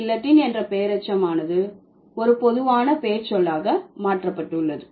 எனவே கில்லட்டின் என்ற பெயரெச்சமானது ஒரு பொதுவான பெயர்ச்சொல்லாக மாற்றப்பட்டுள்ளது